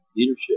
Leadership